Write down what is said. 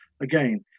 Again